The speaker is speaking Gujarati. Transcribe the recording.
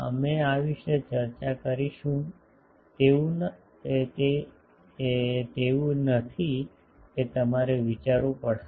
અમે આ વિશે ચર્ચા કરીશું તેથી એવું નથી કે તમારે વિચારવું પડશે